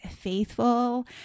faithful